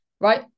right